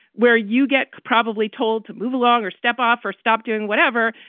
where you get probably told to move along or step off or stop doing whatever.